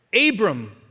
Abram